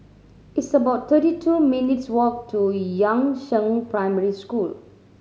it's about thirty two minutes' walk to Yangzheng Primary School